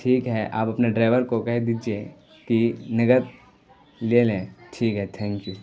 ٹھیک ہے آپ اپنے ڈرائیور کو کہہ دیجیے کہ نقد لے لیں ٹھیک ہے تھینک یو